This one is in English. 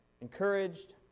encouraged